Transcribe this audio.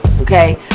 Okay